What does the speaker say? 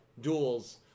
duels